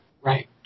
Right